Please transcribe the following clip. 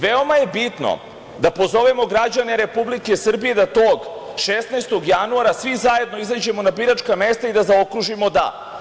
Veoma je bitno da pozovemo građane Republike Srbije da tog 16. januara svi zajedno izađemo na biračka mesta i da zaokružimo „da“